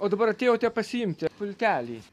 o dabar atėjote pasiimti ir pultelį